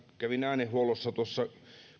kävin äänenhuollossa tuossa